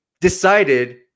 decided